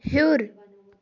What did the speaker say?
ہیوٚر